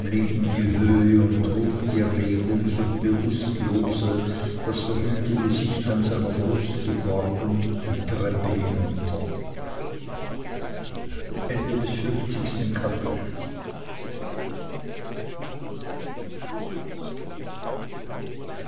in die höhe und trug die regung und bewußtlose das verhüllte gesicht an seiner brust geborgen die treppe hinunter